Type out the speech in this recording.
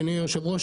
אדוני היו"ר,